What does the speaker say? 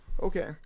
Okay